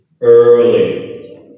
early